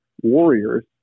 warriors